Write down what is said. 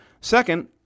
Second